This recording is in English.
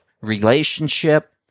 relationship